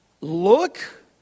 look